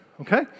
okay